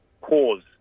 cause